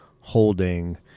holding